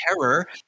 terror